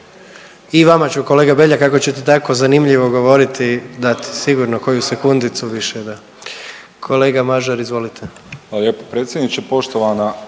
I vama ću kolega Beljak ako ćete tako zanimljivo govoriti dat sigurno koju sekundicu više da. Kolega Mažar izvolite. **Mažar, Nikola